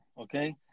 Okay